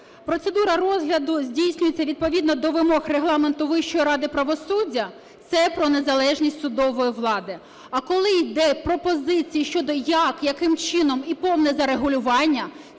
"процедура розгляду здійснюється відповідно до вимог регламенту Вищої ради правосуддя" – це про незалежність судової влади, а коли йде пропозиції щодо як, яким чином і повне зарегулювання –